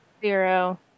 Zero